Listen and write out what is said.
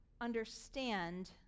understand